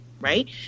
Right